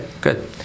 good